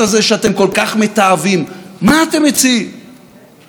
במקום המשטרה הזאת שאתם מנסים להרוס,